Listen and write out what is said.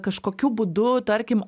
kažkokiu būdu tarkim